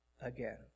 again